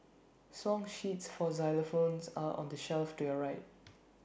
song sheets for xylophones are on the shelf to your right